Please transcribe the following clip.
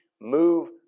move